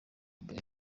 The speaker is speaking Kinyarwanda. mbere